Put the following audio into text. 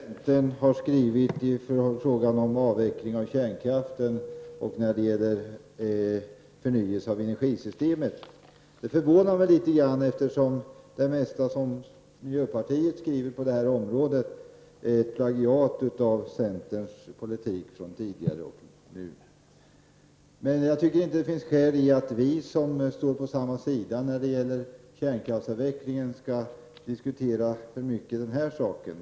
Fru talman! Lars Norberg måste ha läst på dåligt vad centern har skrivit i frågan om avveckling av kärnkraften och när det gäller förnyelse av energisystemet. Det förvånar mig lite grand, eftersom det mesta som miljöpartiet skriver på detta område är ett plagiat av centerns nuvarande och tidigare politik. Men jag tycker inte det finns skäl att vi som står på samma sida när det gäller kärnkraftsavvecklingen, skall diskutera den här saken för mycket.